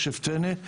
רשף טנא,